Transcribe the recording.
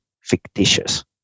fictitious